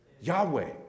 Yahweh